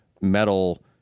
metal